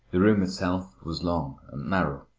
the room itself was long and narrow.